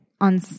on